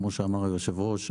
כמו שאמר היושב-ראש,